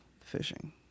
fishing